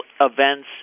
events